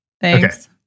Thanks